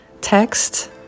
text